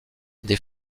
des